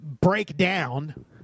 breakdown